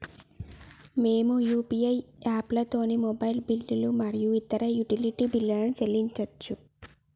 మేము యూ.పీ.ఐ యాప్లతోని మొబైల్ బిల్లులు మరియు ఇతర యుటిలిటీ బిల్లులను చెల్లించచ్చు